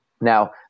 Now